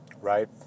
right